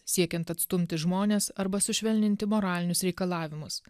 siekiant atstumti žmones arba sušvelninti moralinius reikalavimus